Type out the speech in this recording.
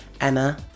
Emma